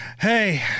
hey